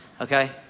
okay